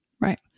Right